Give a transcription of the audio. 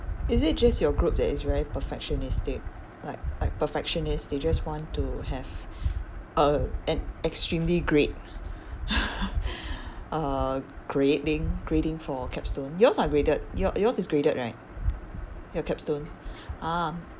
is it just your group that is very perfectionistic like like perfectionist they just want to have a an extremely great uh grading grading for capstone yours are graded your yours is graded right your capstone ah